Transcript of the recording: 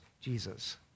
Jesus